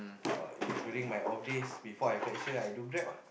or if during my off days before I fetch her I do Grab ah